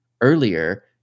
earlier